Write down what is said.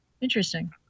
interesting